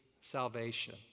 salvation